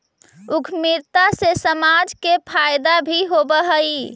उद्यमिता से समाज के फायदा भी होवऽ हई